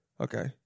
Okay